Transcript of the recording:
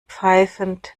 pfeifend